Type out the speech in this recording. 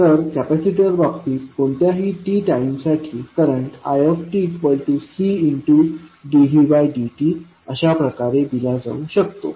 तर कपॅसिटर बाबतीत कोणत्याही t टाईम साठी करंट itCdvdtअशाप्रकारे दिल्या जाऊ शकतो